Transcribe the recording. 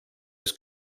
his